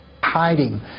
Hiding